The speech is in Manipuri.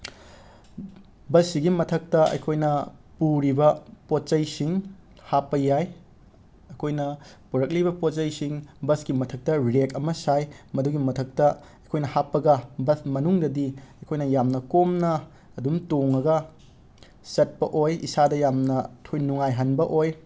ꯕꯁ ꯁꯤꯒꯤ ꯃꯊꯛꯇ ꯑꯩꯈꯣꯏꯅ ꯄꯨꯔꯤꯕ ꯄꯣꯠꯆꯩꯁꯤꯡ ꯍꯥꯞꯄ ꯌꯥꯏ ꯑꯈꯣꯏꯅ ꯄꯨꯔꯛꯂꯤꯕ ꯄꯣꯠ ꯕꯁꯀꯤ ꯃꯊꯛꯇ ꯔꯦꯛ ꯑꯃ ꯁꯥꯏ ꯃꯗꯨꯒꯤ ꯃꯊꯛꯇ ꯑꯩꯈꯣꯏꯅ ꯍꯥꯞꯄꯒ ꯕꯁ ꯃꯅꯨꯡꯗꯗꯤ ꯑꯩꯈꯣꯏꯅ ꯌꯥꯝ ꯀꯣꯝꯅ ꯑꯗꯨꯝ ꯇꯣꯡꯉꯒ ꯆꯠꯄ ꯑꯣꯏ ꯏꯁꯥꯗ ꯌꯥꯝꯅ ꯊꯣꯏ ꯅꯉꯥꯏꯍꯟꯕ ꯑꯣꯏ